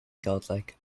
godlike